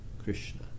Krishna